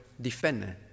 defend